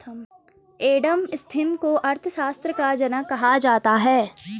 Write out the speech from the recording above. Adam Smith को अर्थशास्त्र का जनक कहा जाता है